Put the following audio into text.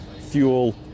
fuel